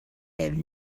have